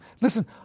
Listen